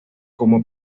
como